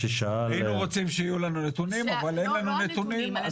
היינו רוצים שיהיו לנו נתונים אבל אין לנו נתונים אז